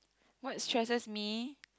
what stresses me